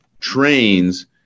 trains